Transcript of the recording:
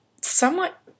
somewhat